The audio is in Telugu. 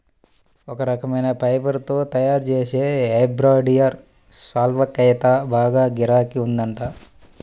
ఒక రకమైన ఫైబర్ తో తయ్యారుజేసే ఎంబ్రాయిడరీ శాల్వాకైతే బాగా గిరాకీ ఉందంట